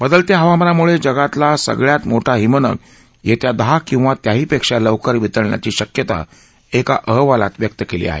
बदलत्या हवामानामुळे जगातला सगळ्यात मोठा हिमनग येत्या दहा किंवा त्याहीपेक्षा लवकर वितळण्याची शक्यता एका अहवालात व्यक्त कैली आहे